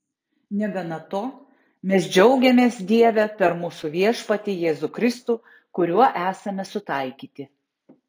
negana to mes džiaugiamės dieve per mūsų viešpatį jėzų kristų kuriuo esame sutaikyti